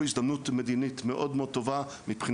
אלה ההשפעות העיקריות על הקרן.